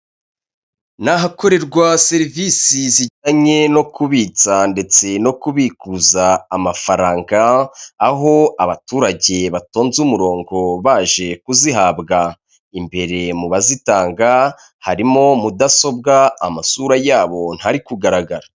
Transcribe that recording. Ni ahakorerwa serivisi zijyanye no kubitsa ndetse no kubikuza amafaranga aho abaturage batonze umurongo baje kuzihabwa, imbere mu bazitanga harimo mudasobwa amasura yabo ntari kugaragara.